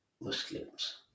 Muslims